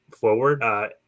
forward